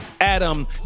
Adam